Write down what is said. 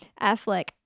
Affleck